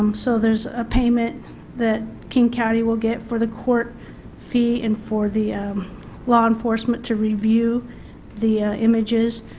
um so there is a payment that king county will get for the court fee and for the law enforcement to review the images,